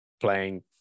playing